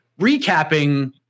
recapping